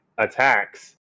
attacks